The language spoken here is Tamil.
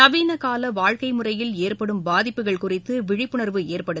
நவீனகால வாழ்க்கை முறையில் ஏற்படும் பாதிப்புகள் குறித்து விழிப்புணர்வு ஏற்படுத்த